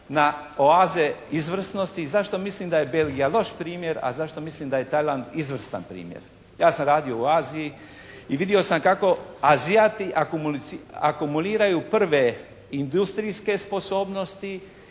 na oaze izvrsnosti i zašto mislim da je Belgija loš primjer a zašto mislim da je Tajland izvrstan primjer? Ja sam radio u Aziji i vidio sam kako Azijati akumuliraju prve industrijske sposobnosti